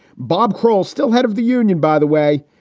bob croll, still head of the union, by the way,